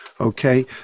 okay